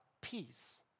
peace